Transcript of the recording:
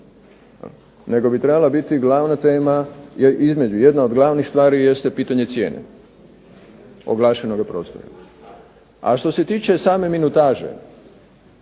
nego bi trebala biti glavna tema između, jedna od glavnih stvari jeste pitanje cijene oglašenoga prostora. A što se tiče same minutaže